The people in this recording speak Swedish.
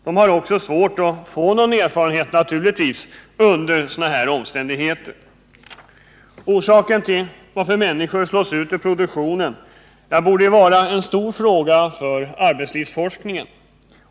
De har också naturligtvis svårt att få någon erfarenhet under sådana här omständigheter. Orsaken till att människor slås ut ur produktionen borde vara en stor fråga för arbetslivsforskningen.